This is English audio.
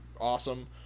awesome